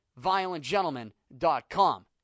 Violentgentleman.com